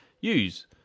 use